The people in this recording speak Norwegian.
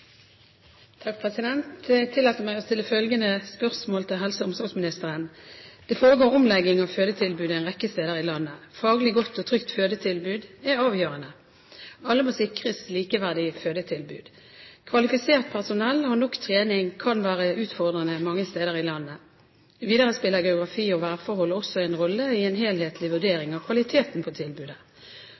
omsorgsministeren: «Det foregår omlegginger av fødetilbudet en rekke steder i landet. Faglig godt og trygt fødetilbud er avgjørende, alle må sikres likeverdig fødetilbud. Kvalifisert personell og nok trening kan være utfordrende mange steder i landet. Videre spiller geografi og værforhold også en rolle i en helhetlig vurdering av kvaliteten på